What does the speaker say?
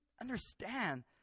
understand